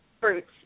fruits